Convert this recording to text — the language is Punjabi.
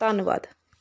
ਧੰਨਵਾਦ